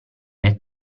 nel